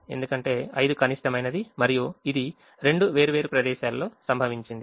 ఎందుకంటే 5 కనిష్టమైనది మరియు ఇది రెండు వేర్వేరు ప్రదేశాలలో సంభవించింది